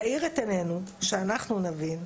תאיר את עינינו, שאנחנו נבין,